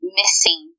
missing